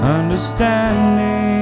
understanding